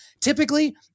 typically